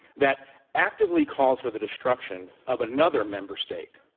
that actively calls for the destruction of another member state